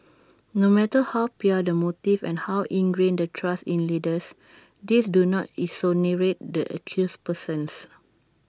no matter how pure the motives and how ingrained the trust in leaders these do not exonerate the accused persons